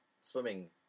swimming